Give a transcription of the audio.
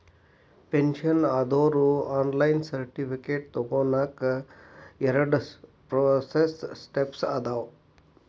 pension ಆದೋರು online certificate ತೊಗೋನಕ ಎರಡ ಪ್ರೋಸೆಸ್ ಸ್ಟೆಪ್ಸ್ ಅದಾವ